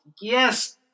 Yes